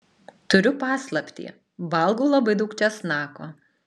turiu paslaptį valgau labai daug česnako